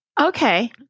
Okay